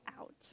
out